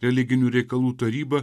religinių reikalų taryba